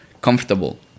comfortable